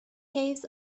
caves